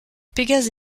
pégase